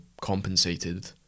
compensated